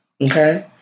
okay